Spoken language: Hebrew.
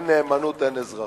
אין נאמנות, אין אזרחות.